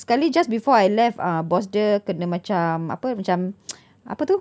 sekali just before I left uh boss dia kena macam apa macam apa tu